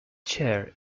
chair